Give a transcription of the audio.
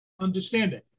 understanding